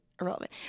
irrelevant